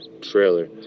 trailer